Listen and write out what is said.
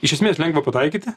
iš esmės lengva pataikyti